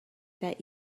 that